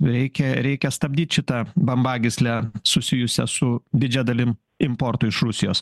reikia reikia stabdyt šitą bambagyslę susijusią su didžia dalim importui iš rusijos